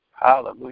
Hallelujah